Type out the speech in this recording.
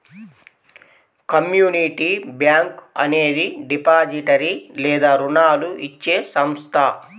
community bank అనేది depository లేదా రుణాలు ఇచ్చే సంస్థ